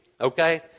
Okay